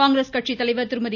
காங்கிரஸ் கட்சி தலைவர் திருமதி